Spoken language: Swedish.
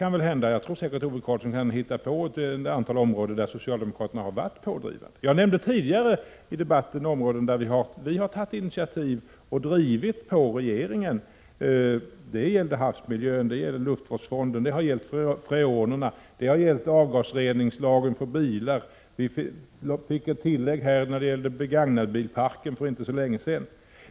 Jag tror säkert att Ove Karlsson också kan hitta ett antal områden där socialdemokraterna har varit pådrivande. Jag nämnde tidigare i debatten områden där centerpartiet har tagit initiativ och drivit på regeringen. Det gäller havsmiljön, luftvårdsfonden, freonerna, avgasreningslagen för bilar, ett tillägg när det gäller parken av begagnade bilar.